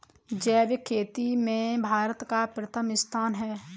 जैविक खेती में भारत का प्रथम स्थान है